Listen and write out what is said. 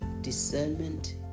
Discernment